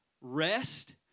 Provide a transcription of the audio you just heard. Rest